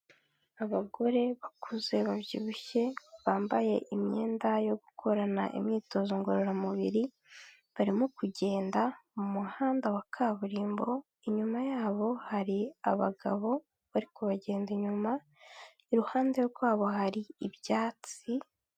Abagore bakuze babyibushye bambaye imyenda yo gukorana imyitozo ngororamubiri, barimo kugenda mu muhanda wa kaburimbo, inyuma yabo hari abagabo bari kubagenda inyuma, iruhande rwabo hari ibyatsi.